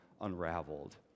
unraveled